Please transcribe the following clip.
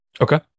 Okay